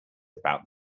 about